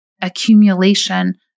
accumulation